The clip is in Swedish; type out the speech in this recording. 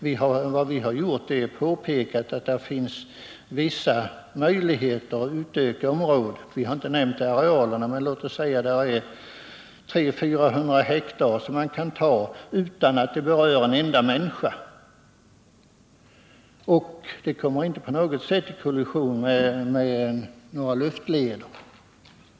Vad vi har gjort är att påpeka att det finns vissa möjligheter att utöka området. Vi har inte nämnt arealerna, men låt oss säga att det finns 300 å 400 hektar som man kan ta utan att det berör en enda människa och utan att det uppstår kollision med några luftleder.